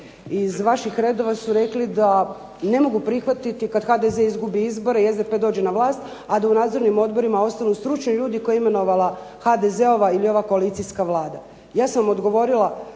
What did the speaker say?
iz vaših redova su rekli da ne mogu prihvatiti kad HDZ izgubi izbore i SDP dođe na vlast, a da u nadzornim odborima ostanu stručni ljudi koje je imenovala HDZ-ova ili ova koalicijska vlada. Ja sam odgovorila,